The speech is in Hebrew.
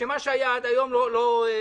שמה שהיה עד היום לא ישתנה.